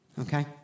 Okay